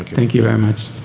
thank you very much.